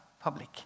public